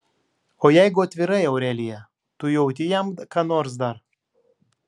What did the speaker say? o jeigu atvirai aurelija tu jauti jam ką nors dar